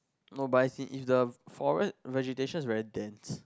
no but I seen it's the forest registration is very dense